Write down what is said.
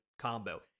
combo